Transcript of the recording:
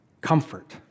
comfort